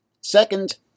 Second